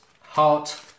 Heart